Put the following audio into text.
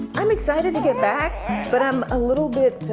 i'm excited to get back but i'm a little bit